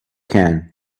can